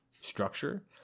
structure